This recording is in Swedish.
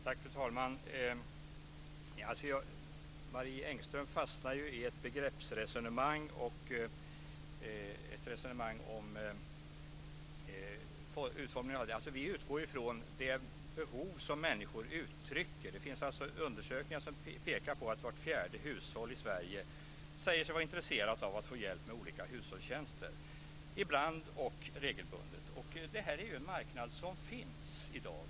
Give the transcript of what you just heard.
Fru talman! Marie Engström fastnar i ett begreppsresonemang. Vi utgår från det behov som människor uttrycker. Det finns undersökningar som pekar på att vart fjärde hushåll i Sverige är intresserat av att få hjälp med olika hushållstjänster. Det finns en sådan marknad i dag.